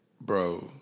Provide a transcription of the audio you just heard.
Bro